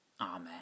Amen